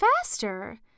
Faster